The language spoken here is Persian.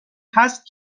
هست